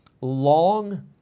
long